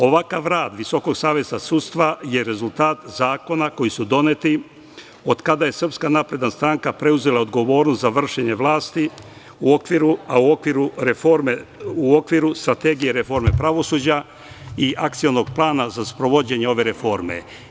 Ovakav rad Visokog saveta sudstva je rezultat zakona koji su doneti od kada je SNS preuzela odgovornost za vršenje vlasti, a u okviru Strategije reforme pravosuđa i Akcionog plana za sprovođenje ove reforme.